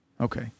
Okay